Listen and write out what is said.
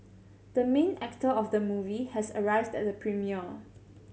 the main actor of the movie has arrived at the premiere